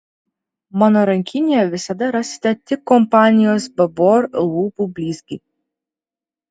mano rankinėje visada rasite tik kompanijos babor lūpų blizgį